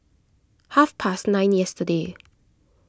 half past nine yesterday